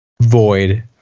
void